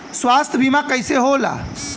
स्वास्थ्य बीमा कईसे होला?